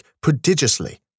prodigiously